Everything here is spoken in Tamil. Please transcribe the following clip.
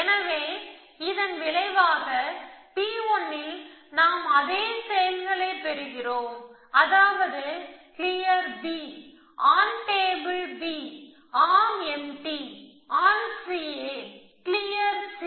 எனவே இதன் விளைவாக P1 இல் நாம் அதே செயல்களை பெறுகிறோம் அதாவது clear B on table B arm empty on C A clear C